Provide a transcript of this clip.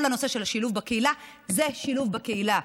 כל הנושא של השילוב בקהילה, זה שילוב בקהילה.